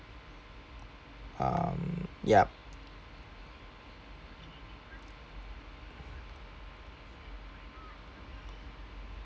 um yup